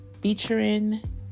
featuring